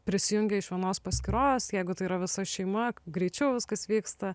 prisijungia iš vienos paskyros jeigu tai yra visa šeima greičiau viskas vyksta